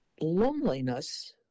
Loneliness